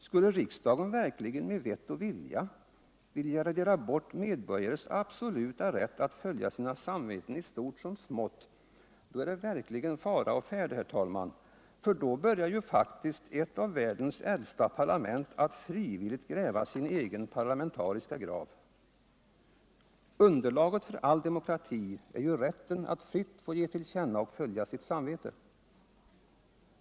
Skulle riksdagen verkligen med vett och vilja önska radera bort medborgares absoluta rätt att följa sina samveten i stort som i smått, då är det verkligen fara å färde, herr talman, för då börjar ju faktiskt ett av världens äldsta parlament att frivilligt gräva sin egen parlamentariska grav! Underlaget för all demokrati är ju rätten att fritt få ge till känna och följa sitt samvete.